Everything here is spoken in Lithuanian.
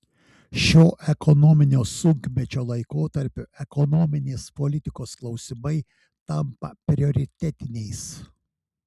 šiuo ekonominio sunkmečio laikotarpiu ekonominės politikos klausimai tampa prioritetiniais